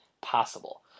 possible